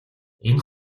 энэ